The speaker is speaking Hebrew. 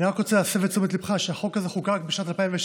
אני רק רוצה להסב את תשומת ליבך לכך שהחוק הזה חוקק בשנת 2016,